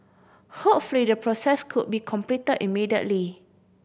hopefully the process could be complete immediately